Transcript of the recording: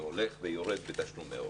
שהולך ויורד בתשלומי הורים.